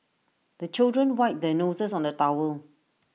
the children wipe their noses on the towel